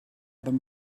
them